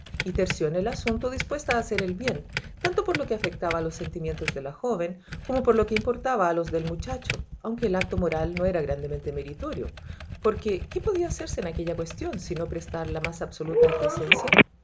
y terció en el asunto dispuesta a hacer el bien tanto por lo que afectaba a los sentimientos de la joven como por lo que importaba a los del muchacho aunque el acto moral no era grandemente meritorio porque qué podía hacerse en aquella cuestión sino prestar la más absoluta aquiescencia así